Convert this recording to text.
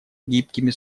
гибкими